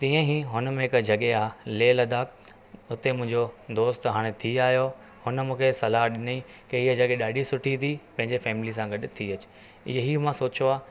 तीअं ई हुन में हिकु जॻह आहे लेह लद्दाख हुते मुंहिंजो दोस्त हाणे थी आहियो हुन मूंखे सलाह ॾिनई की इअ जॻह ॾाढी सुठी थी पंहिंजी फैमिली सां गॾ थी अच इहो ई मां सोचो आहे